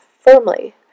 firmly